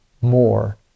more